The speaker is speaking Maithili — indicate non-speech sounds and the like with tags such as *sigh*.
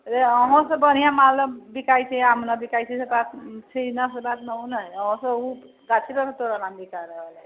रे अहूँ सऽ बढ़िऑं मालदह बिकाइ छै आम नहि बिकाइ छै से बात नहि *unintelligible*